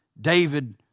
David